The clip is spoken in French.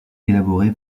élaboré